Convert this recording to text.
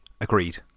Agreed